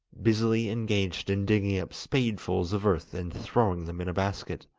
busily engaged in digging up spadefuls of earth and throwing them in a basket.